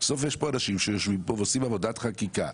בסוף יש פה אנשים שעושים עבודת חקיקה,